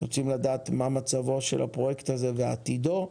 רוצים לדעת מה מצבו של הפרויקט הזה ועתידו.